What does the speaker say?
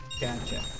Gotcha